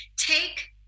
take